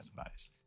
advice